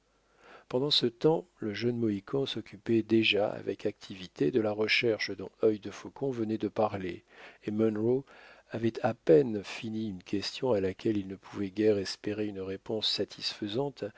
pendant ce temps le jeune mohican s'occupait déjà avec activité de la recherche dont œil de faucon venait de parler et mero avaient à peine fini une question à laquelle il ne pouvait guère espérer une réponse satisfaisante